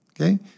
Okay